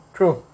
True